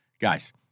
Guys